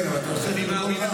כן, אבל אתה עושה את זה בקול רם.